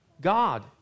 God